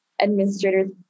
administrators